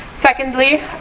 Secondly